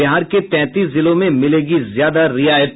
बिहार के तैंतीस जिलों में मिलेगी ज्यादा रियायत